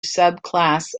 subclass